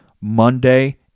Monday